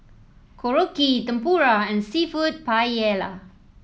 Korokke Tempura and seafood Paella